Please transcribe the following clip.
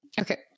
Okay